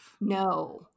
No